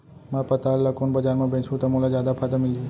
मैं पताल ल कोन बजार म बेचहुँ त मोला जादा फायदा मिलही?